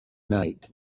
night